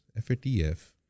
FATF